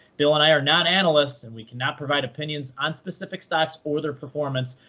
bill and i are not analysts, and we can not provide opinions on specific stocks or their performance.